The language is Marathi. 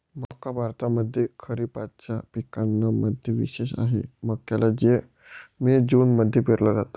मक्का भारतामध्ये खरिपाच्या पिकांना मध्ये विशेष आहे, मक्याला मे जून मध्ये पेरल जात